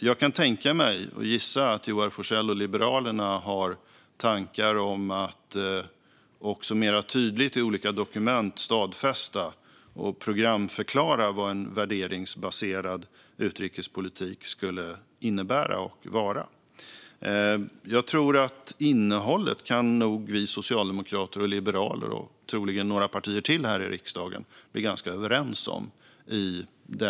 Jag kan tänka mig, och gissar, att Joar Forssell och Liberalerna har tankar om att mera tydligt i olika dokument stadfästa och programförklara vad en värderingsbaserad utrikespolitik skulle innebära och vara. Innehållet i den typen av riktning tror jag att vi socialdemokrater, liberaler och troligen representanter för några partier till här i riksdagen är ganska överens om.